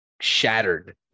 shattered